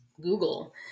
Google